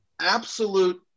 absolute